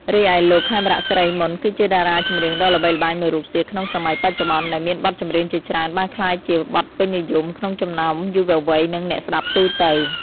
រីឯលោក ខេមរៈ សិរីមន្ត គឺជាតារាចម្រៀងដ៏ល្បីល្បាញមួយរូបទៀតក្នុងសម័យបច្ចុប្បន្ន ដែលមានបទចម្រៀងជាច្រើនបានក្លាយជា បទពេញនិយម ក្នុងចំណោមយុវវ័យ និងអ្នកស្តាប់ទូទៅ។